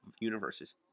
universes